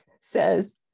says